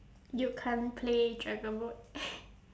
you can't play dragon boat